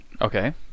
Okay